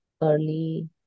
early